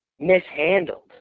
mishandled